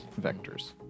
vectors